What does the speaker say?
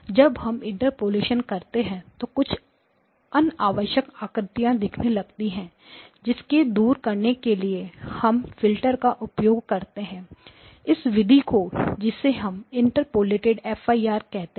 जब हम इंटरपोलेशन करते हैं तो कुछ अनावश्यक आकृतियां दिखने लगती है जिनको दूर करने के लिए हम फिल्टर का उपयोग करते हैं इस विधि को जिसे हम इंटरपोलेटेड fir कहते हैं